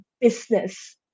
business